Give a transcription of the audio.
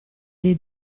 dei